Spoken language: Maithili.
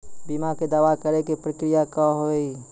बीमा के दावा करे के प्रक्रिया का हाव हई?